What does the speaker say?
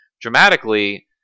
dramatically